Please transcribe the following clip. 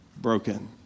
broken